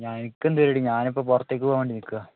അ എനിക്കെന്ത് പേടി ഞാൻ ഇപ്പം പുറത്തേക്ക് പോകാൻ വേണ്ടി നിൽക്കുകയാണ്